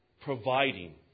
providing